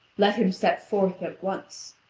let him step forth at once.